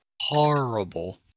Horrible